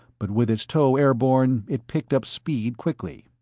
but with its tow airborne it picked up speed quickly.